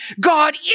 God